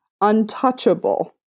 untouchable